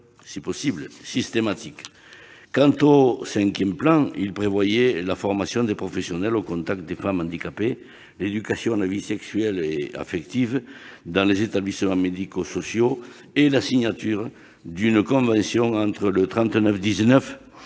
est possible, systématique ! Quant au cinquième plan, il prévoyait la formation des professionnels au contact des femmes handicapées, l'éducation à la vie sexuelle et affective dans les établissements médico-sociaux et la signature d'une convention entre le 3919 et le 3977,